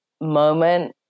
moment